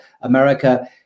America